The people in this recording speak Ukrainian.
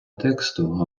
тексту